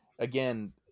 Again